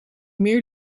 meer